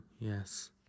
Yes